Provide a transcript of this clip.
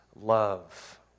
love